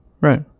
Right